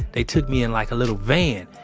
they took me in like a little van,